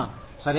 సరే